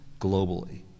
globally